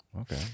Okay